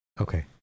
Okay